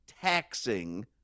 taxing